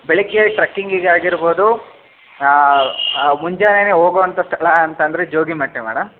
ಬೆಳಗ್ಗೆ ಟ್ರಕ್ಕಿಂಗಿಗೆ ಆಗಿರ್ಬೋದು ಮುಂಜಾನೆನೇ ಹೋಗುವಂಥ ಸ್ಥಳ ಅಂತಂದರೆ ಜೋಗಿಮಟ್ಟಿ ಮೇಡಮ್